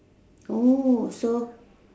oh so